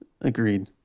Agreed